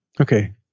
Okay